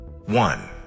One